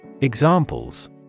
Examples